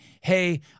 Hey